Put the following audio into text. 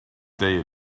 day